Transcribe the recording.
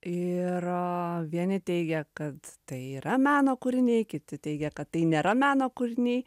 ir vieni teigia kad tai yra meno kūriniai kiti teigia kad tai nėra meno kūriniai